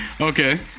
Okay